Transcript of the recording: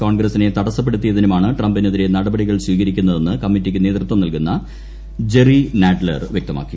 കോൺഗ്രസ്സിനെ തടസ്സപ്പെടുത്തിയതിനുമാണ് ട്രംപ്പിനെതിരെ നടപടികൾ സ്വീകരിക്കുന്നതെന്ന് കമ്മിറ്റിക്ക് നേതൃത്വം നൽകുസ്സ്ക്ക് ഉള്ള്ക് നാഡ്ലർ വ്യക്തമാക്കി